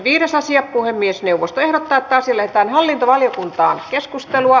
puhemiesneuvosto ehdottaa että asia lähetetään hallintovaliokuntaan